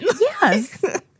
Yes